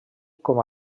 com